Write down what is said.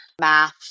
math